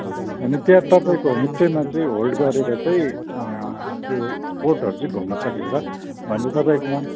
हजुर होइन त्यहाँ तपाईँको होमस्टेमा चाहिँ होल्ड गरेर चाहिँ त्यो स्पटहरू चाहिँ घुम्न सकिन्छ भनेपछि तपाईँकोमा